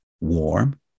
warm